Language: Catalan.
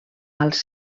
als